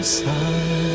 side